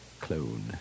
clone